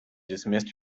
dismissed